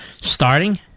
Starting